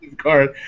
card